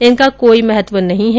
इनका कोई महत्व नहीं हैं